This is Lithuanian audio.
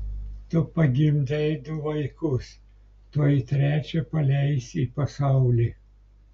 tu pagimdei du vaikus tuoj trečią paleisi į pasaulį